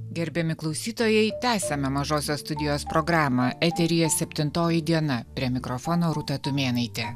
gerbiami klausytojai tęsiame mažosios studijos programą eteryje septintoji diena prie mikrofono rūta tumėnaitė